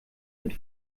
mit